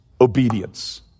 Obedience